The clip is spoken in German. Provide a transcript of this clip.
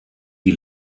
die